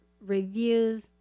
reviews